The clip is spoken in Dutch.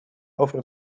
over